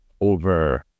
over